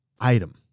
item